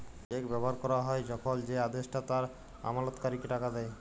check ব্যবহার ক্যরা হ্যয় যখল যে আদেষ্টা তার আমালতকারীকে টাকা দেয়